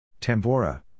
Tambora